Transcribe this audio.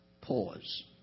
Pause